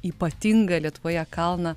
ypatingą lietuvoje kalną